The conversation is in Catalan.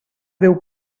déu